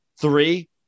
three